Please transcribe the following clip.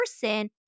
person